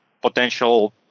potential